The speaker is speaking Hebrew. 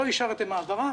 לא אישרתם העברה.